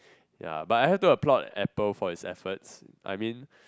ya but I have to applaud apple for it's efforts I mean